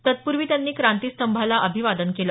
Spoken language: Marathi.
तत्पूर्वी त्यांनी क्रांतीस्तंभाला अभिवादन केलं